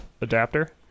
adapter